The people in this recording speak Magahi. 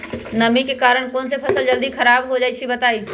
नमी के कारन कौन स फसल जल्दी खराब होई छई बताई?